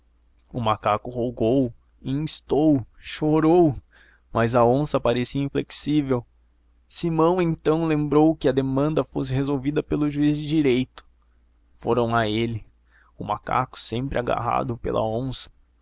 o macaco rogou instou chorou mas a onça parecia inflexível simão então lembrou que a demanda fosse resolvida pelo juiz de direito foram a ele o macaco sempre agarrado pela